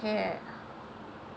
সেয়াই